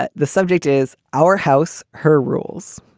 ah the subject is our house. her rules.